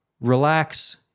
relax